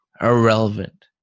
irrelevant